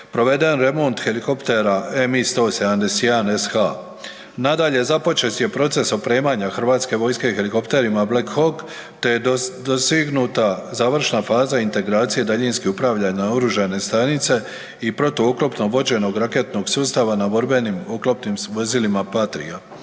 proveden remont helikoptera MI171SH. Nadalje započet je proces opremanja Hrvatske vojske helikopterima Black Hawk te je dosegnuta završna faza integracije daljinski upravljane oružane stanice i protuoklopno vođenog raketnog sustava na borbenim oklopnim vozilima Patria.